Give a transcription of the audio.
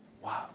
Wow